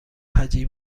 هجی